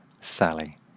Sally